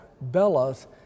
Bella's